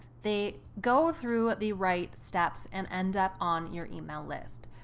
they go through the right steps and end up on your email list.